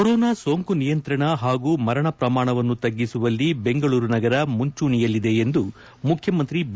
corona ಸೋಂಕು ನಿಯಂತ್ರಣ ಹಾಗೂ ಮರಣ ಪ್ರಮಾಣವನ್ನು ತಗ್ಗಿಸುವಲ್ಲಿ ಬೆಂಗಳೂರು ನಗರ ಮುಂಚೂಣಿಯಲ್ಲಿದೆ ಎಂದು ಮುಖ್ಯಮಂತ್ರಿ ಬಿ